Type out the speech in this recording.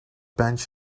bench